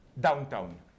downtown